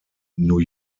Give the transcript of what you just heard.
new